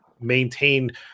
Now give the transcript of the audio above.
maintained